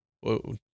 Whoa